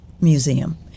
Museum